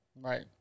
Right